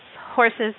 horses